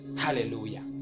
Hallelujah